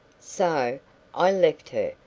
so i left her,